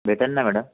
भेटेल ना मॅडम